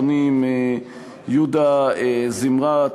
יהודה זמרת,